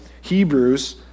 Hebrews